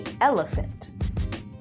elephant